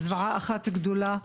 זוועה אחת גדולה.